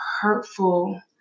hurtful